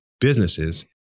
businesses